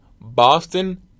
Boston